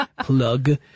Plug